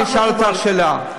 אני אשאל אותך שאלה.